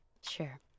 Sure